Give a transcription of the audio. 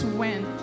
went